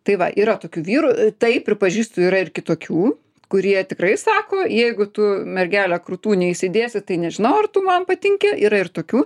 tai va yra tokių vyrų taip pripažįstu yra ir kitokių kurie tikrai sako jeigu tu mergele krūtų neįsidėsi tai nežinau ar tu man patinki yra ir tokių